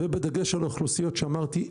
ובדגש על אוכלוסיות שאמרתי,